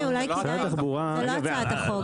(קריאות) זה לא הצעת החוק.